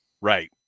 Right